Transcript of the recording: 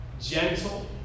gentle